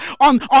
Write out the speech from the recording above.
on